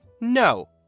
No